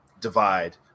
divide